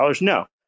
No